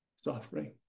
suffering